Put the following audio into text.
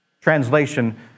Translation